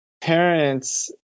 parents